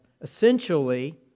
essentially